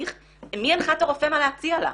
ומי הנחה את הרופא מה להציע לה.